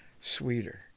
sweeter